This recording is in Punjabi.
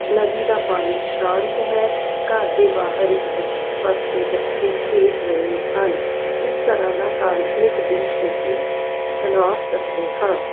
ਨਦੀ ਦਾ ਪਾਣੀ ਸ਼ਾਂਤ ਹੈ ਘਰ ਦੇ ਬਾਹਰ ਇੱਕ ਬ ਪਾਸੇ ਬੱਚੇ ਖੇਡ ਰਹੇ ਹਨ ਇਸ ਤਰ੍ਹਾਂ ਦਾ ਕਾਲਪਨਿਕ ਦ੍ਰਿਸ਼ ਅਸੀਂ ਬਣਾ ਸਕਦੇ ਹਾਂ